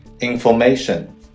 Information